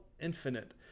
Infinite